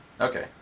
Okay